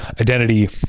identity